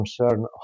concern